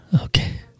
Okay